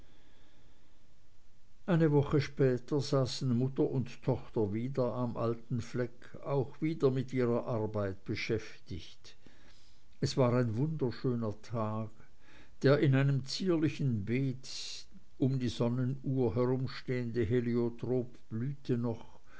eine woche später saßen mutter und tochter wieder am alten fleck auch wieder mit ihrer arbeit beschäftigt es war ein wunderschöner tag der in einem zierlichen beet um die sonnenuhr herum stehende heliotrop blühte noch